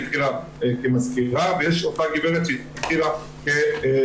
היא התחילה כמזכירה ויש אותה גברת שהתחילה כספרית,